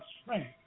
strength